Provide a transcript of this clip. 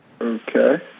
Okay